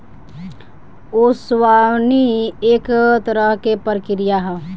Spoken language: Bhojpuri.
ओसवनी एक तरह के प्रक्रिया ह